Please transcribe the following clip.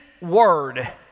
word